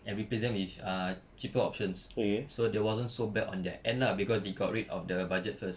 and replace them with ah cheaper options so there wasn't so bad on their end lah cause they got rid of the budget first